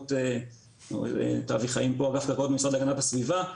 קרקעות במשרד להגנת הסביבה,